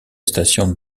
station